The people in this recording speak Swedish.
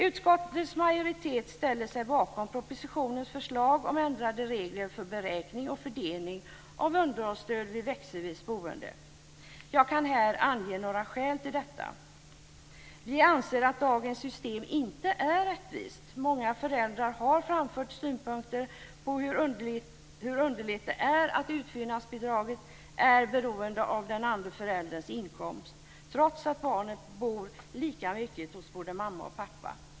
Utskottets majoritet ställer sig bakom propositionens förslag om ändrade regler för beräkning och fördelning av underhållsstöd vid växelvis boende. Jag kan här ange några skäl till detta. Vi anser att dagens system inte är rättvist. Många föräldrar har framfört synpunkter på hur underligt det är att utfyllnadsbidraget är beroende av den andre förälderns inkomst, trots att barnet bor lika mycket hos både mamma och pappa.